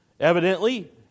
Evidently